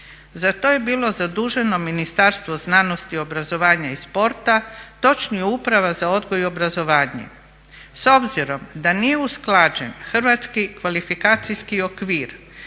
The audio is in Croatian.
Za to je bilo zaduženo Ministarstvo znanosti, obrazovanja i sporta točnije Uprava za odgoj i obrazovanje. S obzirom da nije usklađen hrvatski kvalifikacijski okvir